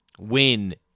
win